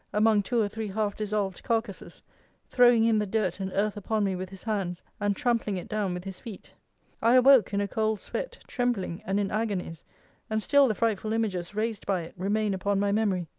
among two or three half-dissolved carcases throwing in the dirt and earth upon me with his hands, and trampling it down with his feet i awoke in a cold sweat, trembling, and in agonies and still the frightful images raised by it remain upon my memory.